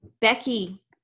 Becky